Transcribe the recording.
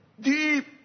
deep